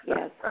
Yes